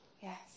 yes